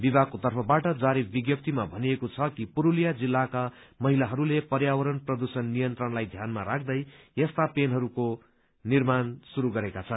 विभागको तर्फबाट जारी विज्ञपीमा भनिएको छ कि पुस्सलिया जिल्लाका महिलाहरूले पर्यावण प्रदुषण नियन्त्रणलाई ध्यानमा राख्दै यस्तो पेनहरूको निर्माण शुरू गरेका छन्